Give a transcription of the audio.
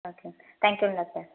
okay தேங்க்யூங்க doctor